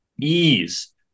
ease